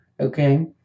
okay